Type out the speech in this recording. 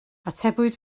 atebwyd